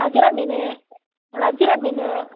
வஜ்ர மீன் வஜ்ரம் மீன்